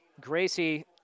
Gracie